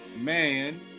man